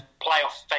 playoff